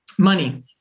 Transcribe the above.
Money